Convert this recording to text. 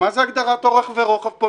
מה זה הגדרת אורך ורוחב פה?